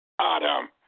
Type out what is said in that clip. Adam